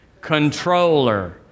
Controller